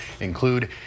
include